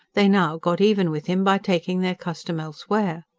they now got even with him by taking their custom elsewhere.